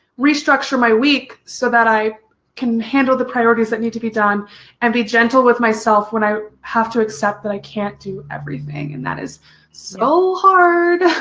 restructure my week so that i can handle the priorities that need to be done and be gentle with myself when i have to accept that i can't do everything and that is so hard,